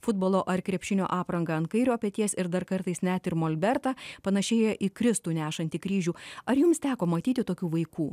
futbolo ar krepšinio aprangą ant kairio peties ir dar kartais net ir molbertą panašėja į kristų nešantį kryžių ar jums teko matyti tokių vaikų